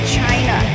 China